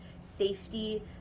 safety